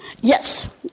Yes